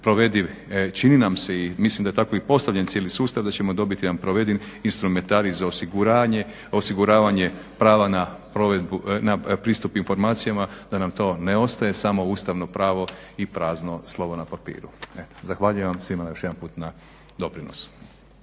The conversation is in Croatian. čini nam se i mislim da je tako i postavljen cijeli sustav da ćemo dobiti jedan provediv instrumentarij za osiguranje, osiguravanje prava na pristup informacijama da nam to ne ostaje samo ustavno pravo i prazno slovo na papiru. Zahvaljujem vam svima još jedanput na doprinosu.